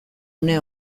une